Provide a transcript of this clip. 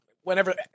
whenever